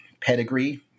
pedigree